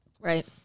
Right